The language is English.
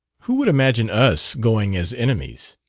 who would imagine us going as enemies?